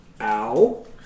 Ow